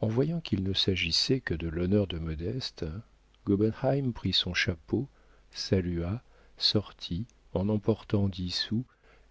en voyant qu'il ne s'agissait que de l'honneur de modeste gobenheim prit son chapeau salua sortit en emportant dix sous